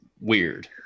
weird